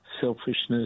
selfishness